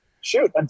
shoot